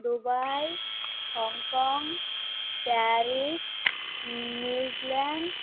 Dubai Hong Kong Paris New Zealand